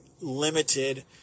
limited